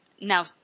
now